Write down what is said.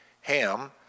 Ham